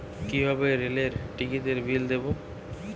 কিভাবে রেলের টিকিটের বিল দেবো?